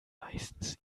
meistens